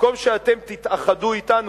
במקום שאתם תתאחדו אתנו,